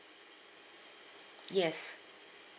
yes